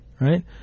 right